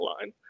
line